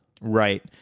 Right